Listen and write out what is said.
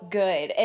good